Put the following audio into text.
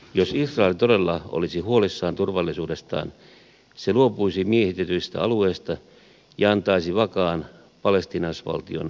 jos israel todella olisi huolissaan turvallisuudestaan se luopuisi miehitetyistä alueista ja antaisi vakaan palestiinalaisvaltion kehittyä